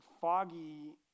foggy